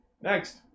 Next